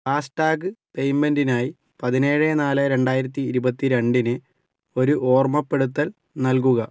FASTag പേയ്മെൻറ്റിനായി പതിനേഴ് നാല് രണ്ടായിരത്തി ഇരുപത്തി രണ്ടിന് ഒരു ഓർമ്മപ്പെടുത്തൽ നൽകുക